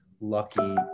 lucky